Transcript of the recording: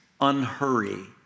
Unhurry